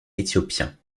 éthiopiens